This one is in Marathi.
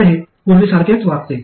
तर हे पूर्वीसारखेच वागते